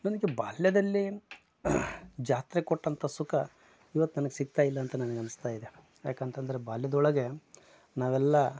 ನನಗೆ ಬಾಲ್ಯದಲ್ಲೇ ಜಾತ್ರೆ ಕೊಟ್ಟಂಥ ಸುಖ ಇವತ್ತು ನನಗೆ ಸಿಗ್ತಾಯಿಲ್ಲ ಅಂತ ನನಗೆ ಅನಿಸ್ತಾಯಿದೆ ಯಾಕಂತಂದರೆ ಬಾಲ್ಯದೊಳಗೆ ನಾವೆಲ್ಲ